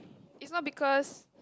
it's not because